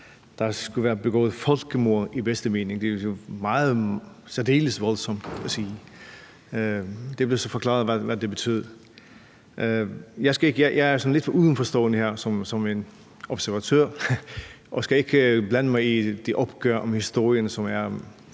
der skulle være begået folkemord i den bedste mening. Det er noget særdeles voldsomt at sige. Det blev så forklaret, hvad det betyder. Jeg er lidt udenforstående her, en observatør, og skal ikke blande mig i de opgør om historien,